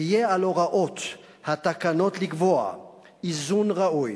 יהיה על הוראות התקנות לקבוע איזון ראוי